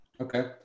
okay